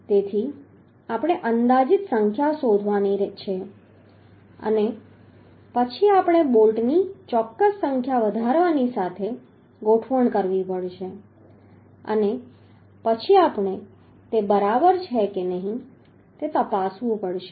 તેથી આપણે અંદાજિત સંખ્યા શોધવાની છે અને પછી આપણે બોલ્ટની ચોક્કસ સંખ્યા વધારવાની સાથે ગોઠવણ કરવી પડશે અને પછી આપણે તે બરાબર છે કે નહીં તે તપાસવું પડશે